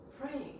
praying